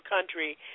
country